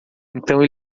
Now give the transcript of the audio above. então